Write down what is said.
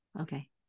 Okay